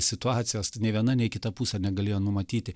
situacijos nei viena nei kita pusė negalėjo numatyti